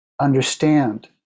understand